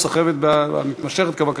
הסחבת המתמשכת בשדרוג כביש 38,